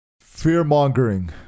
Fear-mongering